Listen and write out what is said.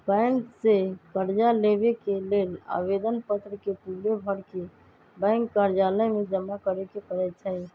bank से कर्जा लेबे के लेल आवेदन पत्र के पूरे भरके बैंक कर्जालय में जमा करे के परै छै